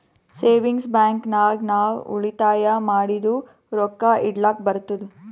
savings bank ನಾಗ್ ನಾವ್ ಉಳಿತಾಯ ಮಾಡಿದು ರೊಕ್ಕಾ ಇಡ್ಲಕ್ ಬರ್ತುದ್